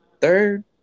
third